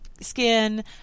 skin